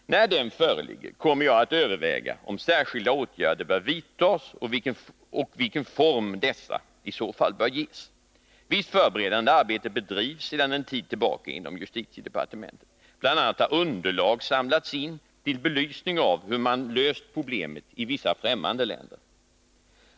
När den föreligger kommer jag att överväga om särskilda åtgärder bör vidtas och vilken form dessa i så fall bör ges. Visst förberedande arbete bedrivs sedan en tid tillbaka inom justitiedepartementet. Bl. a. har underlag samlats in till belysning av hur man har löst problemet i vissa ffträmmande länder.